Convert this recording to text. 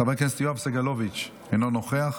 חבר הכנסת יואב סגלוביץ' אינו נוכח,